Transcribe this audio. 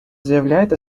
заявляет